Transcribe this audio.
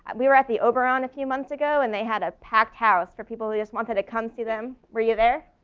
we were at the oberon a few months ago and they had a packed house for people who just wanted to come see them. were you there?